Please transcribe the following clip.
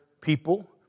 people